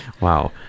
Wow